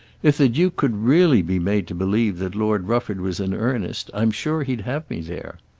if the duke could really be made to believe that lord rufford was in earnest i'm sure he'd have me there.